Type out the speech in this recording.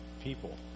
people